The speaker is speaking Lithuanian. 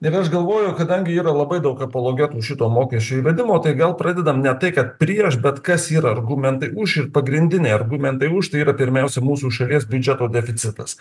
ir aš galvoju kadangi yra labai daug apologetų šito mokesčio įvedimo tai gal pradedam ne tai kad prieš bet kas yra argumentai už ir pagrindiniai argumentai už tai yra pirmiausia mūsų šalies biudžeto deficitas